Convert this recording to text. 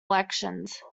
elections